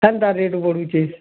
ଏନ୍ତା ରେଟ୍ ବଢ଼ୁଛେ